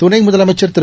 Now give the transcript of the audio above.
துணை முதலமைச்சா் திரு